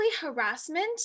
harassment